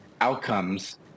outcomes